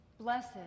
Blessed